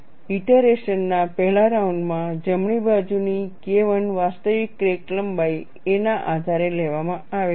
ઇટરેશનના 1લા રાઉન્ડમાં જમણી બાજુની KI વાસ્તવિક ક્રેક લંબાઈ a ના આધારે લેવામાં આવે છે